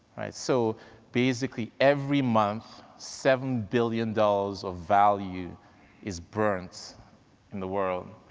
right? so basically every month, seven billion dollars of value is burnt in the world,